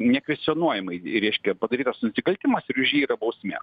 nekvestionuojamai reiškia padarytas nusikaltimas ir už jį yra bausmė